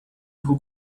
who